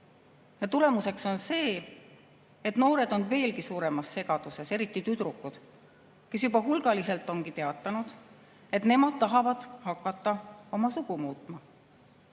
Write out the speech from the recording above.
Tulemus on see, et noored on veelgi suuremas segaduses, eriti tüdrukud, kes juba hulgaliselt ongi teatanud, et nemad tahavad hakata oma sugu muutma.